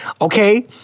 okay